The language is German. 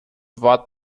wort